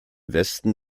westen